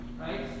Right